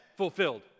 fulfilled